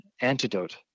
antidote